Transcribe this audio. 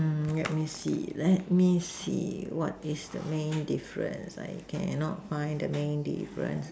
let me see let me see what is the main difference I cannot find the main difference